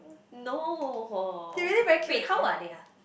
no or wait how old are they ah